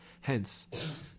Hence